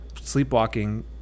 sleepwalking